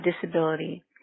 disability